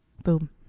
boom